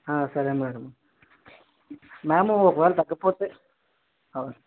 సరే madam ma'am ఒకవేళ తగ్గకపోతే